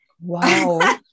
Wow